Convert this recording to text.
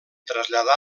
traslladar